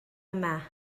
yma